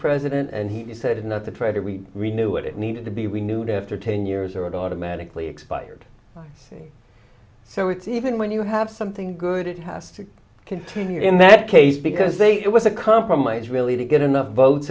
president and he said not to try to read renew it it needed to be renewed after ten years or it automatically expired so it's even when you have something good it has to continue in that case because they it was a compromise really to get enough votes